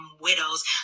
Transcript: widows